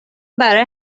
برای